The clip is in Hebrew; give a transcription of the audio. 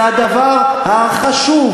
זה הדבר החשוב,